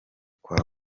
kwa